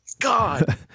god